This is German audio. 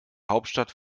hauptstadt